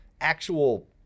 actual